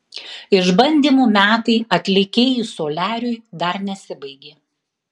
išbandymų metai atlikėjui soliariui dar nesibaigė